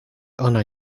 ona